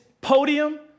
podium